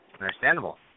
Understandable